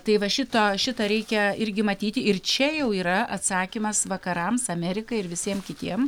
tai va šitą šitą reikia irgi matyti ir čia jau yra atsakymas vakarams amerikai ir visiem kitiem